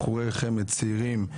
בחורי חמד צעירים,